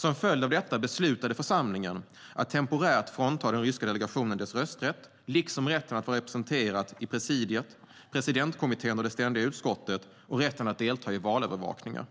Som en följd av detta beslutade församlingen att temporärt frånta den ryska delegationen dess rösträtt liksom rätten att vara representerat i presidiet, presidentkommittén och det ständiga utskottet och rätten att delta i valövervakningar.